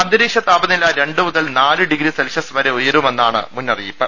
അന്തരീക്ഷ താപനില രണ്ട് മുതൽ നാല് ഡിഗ്രി സെൽഷ്യസ് വരെ ഉയരുമെന്നാണ് മുന്നറിയിപ്പ്